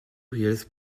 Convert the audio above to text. heels